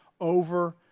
over